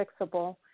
fixable